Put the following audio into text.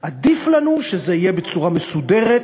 עדיף לנו שזה יהיה בצורה מסודרת,